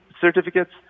certificates